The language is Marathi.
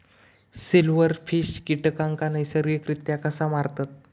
सिल्व्हरफिश कीटकांना नैसर्गिकरित्या कसा मारतत?